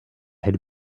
had